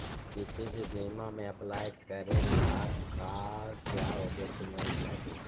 किसी भी बीमा में अप्लाई करे ला का क्या डॉक्यूमेंट चाही?